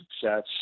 success